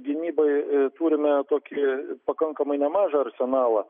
gynybai turime tokį pakankamai nemažą arsenalą